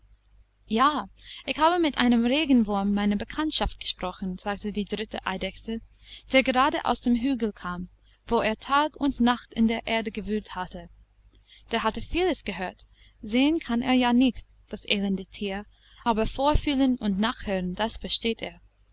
ja ich habe mit einem regenwurm meiner bekanntschaft gesprochen sagte die dritte eidechse der gerade aus dem hügel kam wo er tag und nacht in der erde gewühlt hatte der hatte vieles gehört sehen kann er ja nicht das elende tier aber vorfühlen und nachhören das versteht er